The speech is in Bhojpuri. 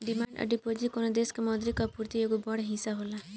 डिमांड डिपॉजिट कवनो देश के मौद्रिक आपूर्ति के एगो बड़ हिस्सा होला